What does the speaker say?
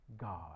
God